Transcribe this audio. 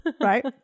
Right